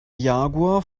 jaguar